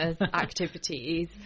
activities